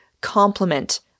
complement